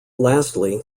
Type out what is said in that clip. lastly